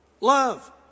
Love